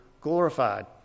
glorified